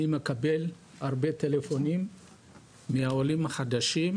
אני מקבל הרבה טלפונים מהעולים החדשים,